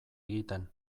egiten